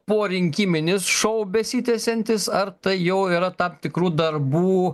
porinkiminis šou besitęsiantis ar tai jau yra tam tikrų darbų